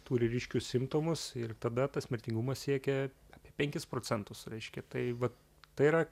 turi ryškius simptomus ir tada tas mirtingumas siekia apie penkis procentus reiškia tai vat tai yra